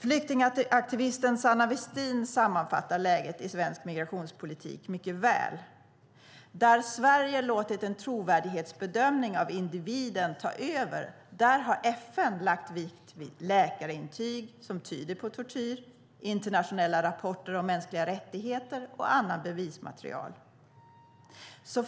Flyktingaktivisten Sanna Vestin sammanfattar läget i svensk migrationspolitik mycket väl: Där Sverige har låtit en trovärdighetsbedömning av individen ta över har FN lagt vikt vid läkarintyg som tyder på tortyr, internationella rapporter om mänskliga rättigheter och annat bevismaterial.